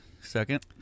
second